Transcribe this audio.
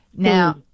Now